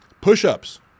Push-ups